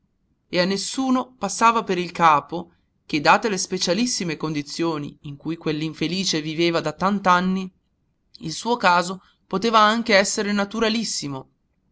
e a nessuno passava per il capo che date le specialissime condizioni in cui quell'infelice viveva da tant'anni il suo caso poteva anche essere naturalissimo